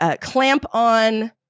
clamp-on